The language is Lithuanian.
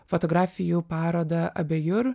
fotografijų parodą abejur